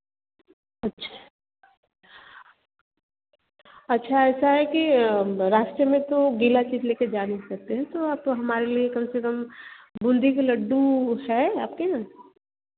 अच्छा अच्छा ऐसा है कि रास्ते में तो गीला चीज़ लेकर जा नहीं सकते हैं तो हमारे लिए कम से कम बूंदी के लड्डू है आप के यहाँ